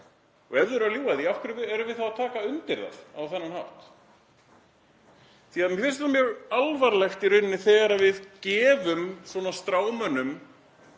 Og ef þau eru að ljúga því, af hverju erum við þá að taka undir það á þennan hátt? Því að mér finnst það mjög alvarlegt þegar við gefum svona strámönnum